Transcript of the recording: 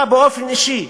אתה באופן אישי,